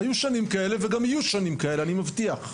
היו שנים כאלה וגם יהיו שנים כאלה, אני מבטיח.